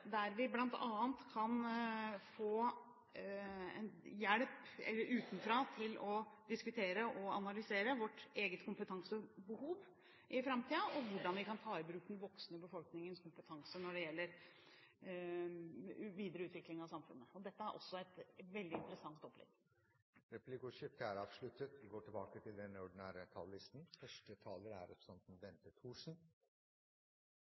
vi bl.a. kan få hjelp utenfra til å diskutere og analysere vårt eget kompetansebehov i framtiden, og hvordan vi kan ta i bruk den voksne befolkningens kompetanse når det gjelder videre utvikling av samfunnet. Det er også et veldig interessant opplegg. Replikkordskiftet er omme. Jeg føler et behov for å komme med noe når det gjelder oppklaring i denne saken, for her er